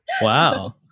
wow